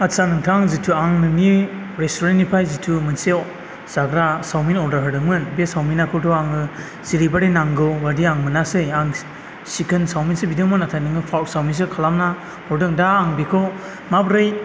आदसा नोंथां जिथु आं नोंनि रेस्टुरेननिफ्राइ जिथु मोनसेआव जाग्रा सावमिन अरदार होदोंमोन बे सावमिनाखौथ' आङो जेरैबादि नांगौबादि आं मोनासै आं सिकोन सावमिनसो बिदोंमोन नाथाय नोङो पर्क सावमिनसो खालामना हरदों दा आं बेखौ माब्रै